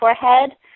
forehead